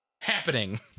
Happening